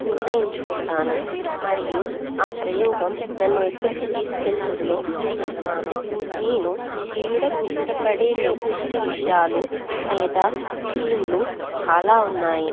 నిర్ణయించుకుంటాను మరియు ఆ ప్రయోగం నన్ను ఎక్కడికి తీసుకెళ్తుందో చూస్తాను నేను గీయడం ఇష్టపడే నిర్దిష్ట విషయాలు లేదా థీమ్లు చాలా ఉన్నాయి